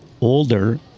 older